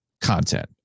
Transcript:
content